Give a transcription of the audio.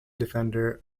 defender